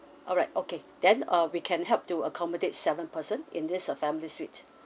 alright okay then uh we can help to accommodate seven person in this uh family suite